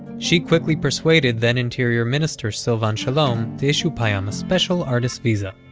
she quickly persuaded then-interior minister silvan shalom to issue payam a special artist's visa,